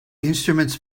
instruments